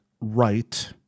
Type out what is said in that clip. right